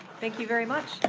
thank you very much.